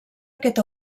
aquest